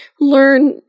learn